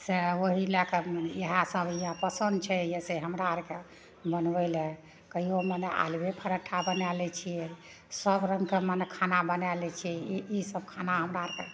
तए ओही लए कए उ इएह सब यए पसन्द छै जैसे हमरा आरके बनबय लए कहियो मने आलुवे पराठा बनाय लै छियै सब रङ्गके मने खाना बनाय लै छियै ई ई सब खाना हमरा आरके